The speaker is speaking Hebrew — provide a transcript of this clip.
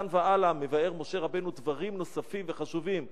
מכאן והלאה מבאר משה רבנו דברים נוספים וחשובים,